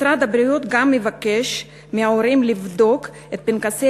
משרד הבריאות גם מבקש מההורים לבדוק את פנקסי